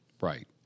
right